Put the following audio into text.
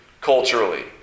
Culturally